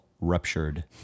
ruptured